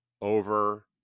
over